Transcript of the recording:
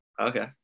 okay